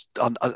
on